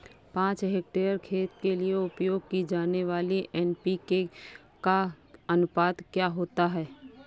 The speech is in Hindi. पाँच हेक्टेयर खेत के लिए उपयोग की जाने वाली एन.पी.के का अनुपात क्या होता है?